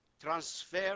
transfer